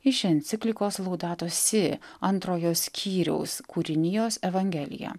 iš enciklikos laudato si antrojo skyriaus kūrinijos evangelija